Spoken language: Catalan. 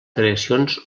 creacions